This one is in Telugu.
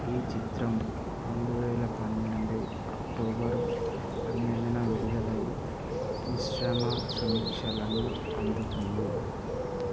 ఈ చిత్రం రెండు వేల పన్నెండు అక్టోబరు పన్నెండున విడుదలై మిశ్రమ సమీక్షలను అందుకుంది